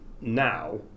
now